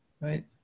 right